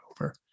over